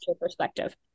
perspective